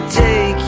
take